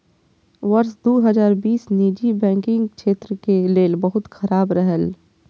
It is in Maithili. वर्ष दू हजार बीस निजी बैंकिंग क्षेत्र के लेल बहुत खराब रहलै